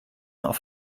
auf